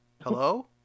Hello